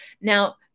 Now